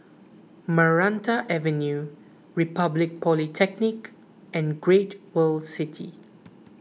Maranta Avenue Republic Polytechnic and Great World City